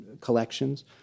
collections